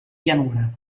pianura